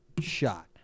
shot